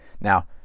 Now